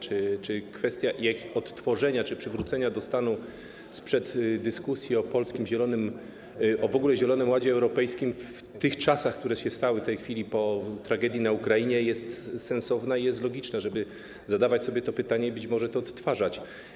Czy kwestia ich odtworzenia czy przywrócenia do stanu sprzed dyskusji o polskim zielonym, w ogóle o zielonym ładzie europejskim w tych czasach, które nastały po tragedii na Ukrainie, jest sensowna i jest logiczne, żeby zadawać sobie to pytanie i być może to odtwarzać.